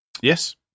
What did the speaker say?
Yes